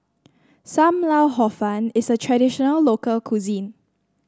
Sam Lau Hor Fun is a traditional local cuisine